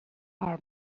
our